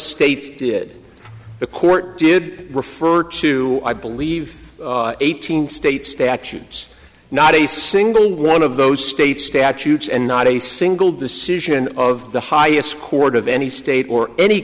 states did the court did refer to i believe eighteen state statutes not a single one of those state statutes and not a single decision of the highest court of any state or any